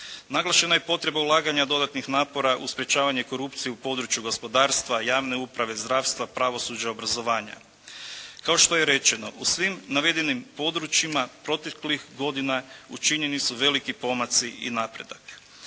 Naglašena je potreba ulaganja dodatnih napora u sprečavanju korupcije u području gospodarstva, javne uprave, zdravstva, pravosuđa, obrazovanja. Kao što je rečeno u svim navedenim područjima proteklih godina učinjeni su veliki pomaci i napredak.